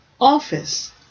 office